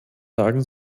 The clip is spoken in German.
sagen